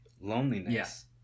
loneliness